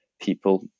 people